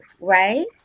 right